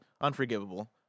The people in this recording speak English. unforgivable